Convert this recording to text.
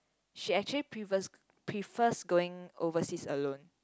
she actually g~ prefers going overseas alone